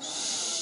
סליחה,